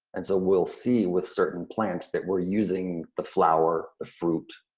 and so we'll see with certain plants that we're using, the flower, the fruit,